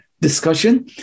discussion